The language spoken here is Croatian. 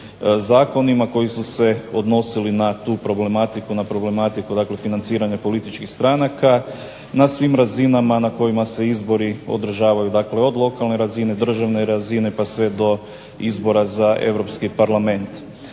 zakonima koji su se odnosili na tu problematiku, na problematiku dakle financiranja političkih stranaka, na svim razinama na kojima se izbori održavaju, dakle od lokalne razine, državne razine, pa sve do izbora za Europski Parlament.